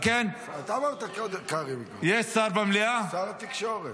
שר התקשורת.